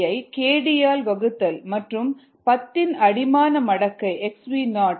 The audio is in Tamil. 303ஐ kd ஆல் வகுத்தல் மற்றும் 10 யின் அடிமான மடக்கை xv நாட் ஐ xv வகுத்தல் ஆகும்